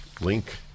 Link